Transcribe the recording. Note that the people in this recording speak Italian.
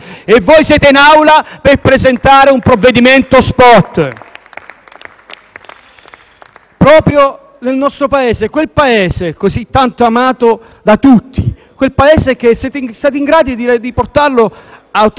proprio nel nostro Paese, quel Paese così tanto amato da tutti, quel Paese che siete stati in grado di portare a ottenere un altro grande *record*: la recessione in soli nove mesi.